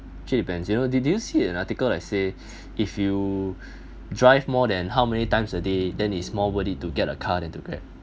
you know did did you see an article like say if you drive more than how many times a day then is more worthy to get a car than to grab